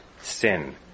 sin